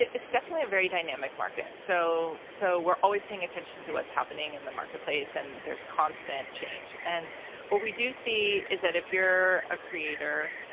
it's definitely a very dynamic market. so so we're always paying attention to what's happening in the marketplace and there's constant change. and what we do see is that, if you're a creator,